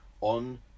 on